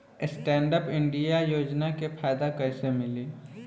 Stand up India योजना के फायदा कैसे मिली?